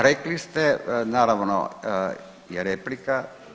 Rekli ste naravno, je replika.